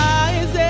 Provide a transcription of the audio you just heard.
eyes